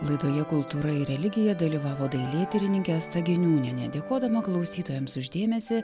laidoje kultūra ir religija dalyvavo dailėtyrininkė asta giniūnienė dėkodama klausytojams už dėmesį